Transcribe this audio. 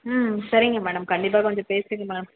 ம் சரிங்க மேடம் கண்டிப்பாக கொஞ்சம் பேசுங்கள் மேம்